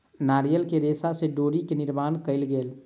नारियल के रेशा से डोरी के निर्माण कयल गेल